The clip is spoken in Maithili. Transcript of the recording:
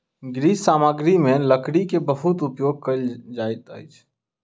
गृह सामग्री में लकड़ी के बहुत उपयोग कयल जाइत अछि